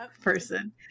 person